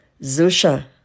Zusha